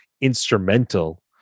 instrumental